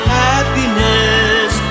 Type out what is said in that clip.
happiness